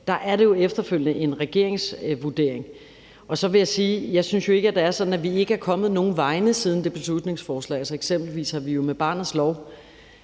jo efterfølgende er en regeringsvurdering. Så vil jeg sige, at jeg ikke synes, at det er sådan, at vi ikke er kommet nogen vegne siden det beslutningsforslag. Eksempelvis har vi jo med barnets lov